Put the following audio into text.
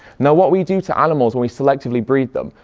now what we do to animals when we selectively breed them,